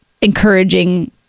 encouraging